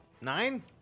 nine